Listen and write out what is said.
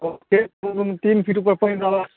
ओ खेतसँ तीन फीट ऊपर पानि रहबाक चाही